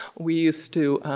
we used to,